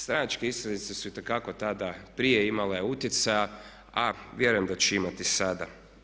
Stranačke iskaznice su itekako tada prije imale utjecaja a vjerujem da će imati i sada.